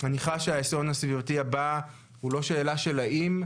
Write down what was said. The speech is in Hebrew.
ואני חש שהאסון הסביבתי הבא הוא לא שאלה של האם,